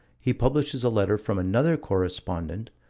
he publishes a letter from another correspondent,